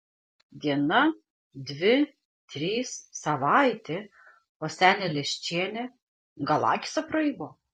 diena dvi trys savaitė o senė leščienė gal akys apraibo